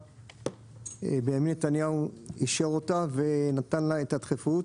בנימין נתניהו אישר אותה ונתן לה את הדחיפות